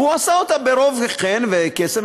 והוא עשה אותה ברוב חן וקסם,